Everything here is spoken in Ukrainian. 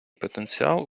потенціал